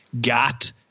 got